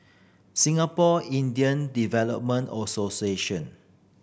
Singapore Indian Development Association